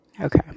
Okay